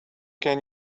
can